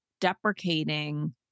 deprecating